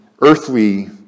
earthly